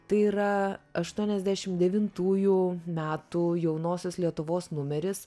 tai yra aūtuoniasdešim devintųjų metų jaunosios lietuvos numeris